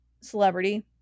celebrity